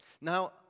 Now